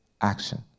action